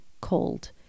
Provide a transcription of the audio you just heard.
cold